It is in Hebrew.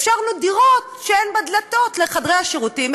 אפשרנו דירות שאין בהן דלתות לחדרי השירותים,